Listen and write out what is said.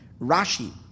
Rashi